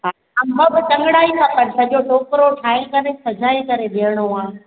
हा अंब बि चङणा ई खपनि सॼो टोकिरो ठाहे करे सजाए करे ॾियणो आहे